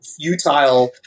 futile